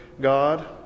God